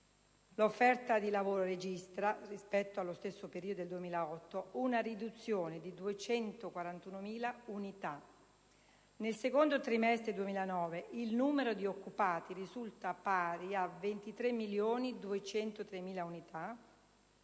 «L'offerta di lavoro registra, rispetto allo stesso periodo del 2008, una riduzione di 241.000 unità. (...) Nel secondo trimestre 2009 il numero di occupati risulta pari a 23.203.000 unità,